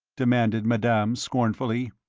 demanded madame, scornfully.